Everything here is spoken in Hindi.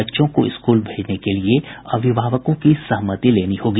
बच्चों को स्कूल भेजने के लिए अभिभावकों की सहमति लेनी होगी